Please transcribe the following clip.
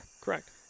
Correct